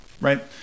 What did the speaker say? Right